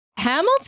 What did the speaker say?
Hamilton